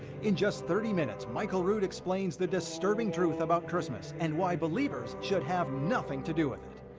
in just thirty minutes, michael rood explains the disturbing truth about christmas and why believers should have nothing to do with it.